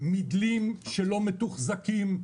מדלים שלא מתוחזקים,